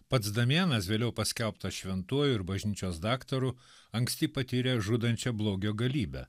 pats damianas vėliau paskelbtas šventuoju ir bažnyčios daktaru anksti patyrė žudančią blogio galybę